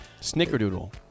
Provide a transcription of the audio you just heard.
Snickerdoodle